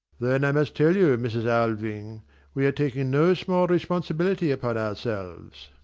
then i must tell you, mrs. alving we are taking no small responsibility upon ourselves.